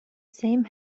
same